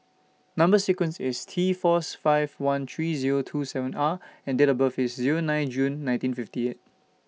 Number sequence IS T Fourth five one three Zero two seven R and Date of birth IS Zero nine June nineteen fifty eight